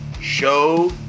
show